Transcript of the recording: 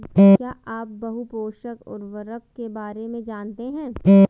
क्या आप बहुपोषक उर्वरक के बारे में जानते हैं?